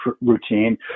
routine